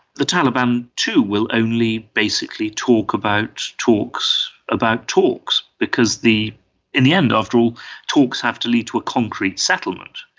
the taliban too will only basically talk about talks about talks because in the end after all talks have to lead to a concrete settlement.